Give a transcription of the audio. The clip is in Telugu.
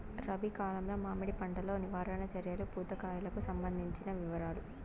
రబి కాలంలో మామిడి పంట లో నివారణ చర్యలు పూత కాయలకు సంబంధించిన వివరాలు?